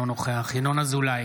אינו נוכח ינון אזולאי,